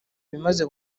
bimaze